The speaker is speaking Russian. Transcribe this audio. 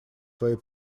свои